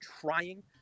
trying